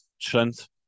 Trent